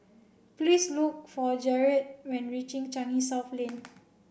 please look for Jarret when reaching Changi South Lane